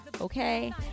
Okay